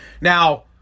Now